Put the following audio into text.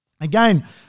Again